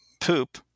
poop